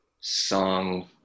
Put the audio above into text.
song